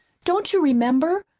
don't you remember?